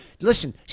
Listen